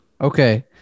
Okay